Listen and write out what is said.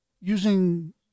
using